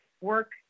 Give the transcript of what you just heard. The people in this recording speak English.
work